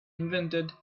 invented